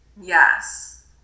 yes